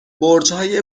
برجهای